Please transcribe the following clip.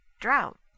drought